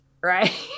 Right